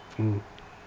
mm